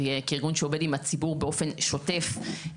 כארגון שעובד עם הציבור באופן שוטף,